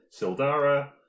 Sildara